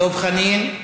דב חנין,